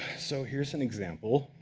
so here's an example.